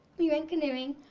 we went canoeing,